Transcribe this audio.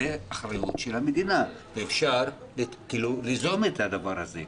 זו אחריות של המדינה ואפשר ליזום את הדבר הזה,